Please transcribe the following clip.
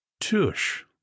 tush